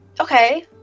Okay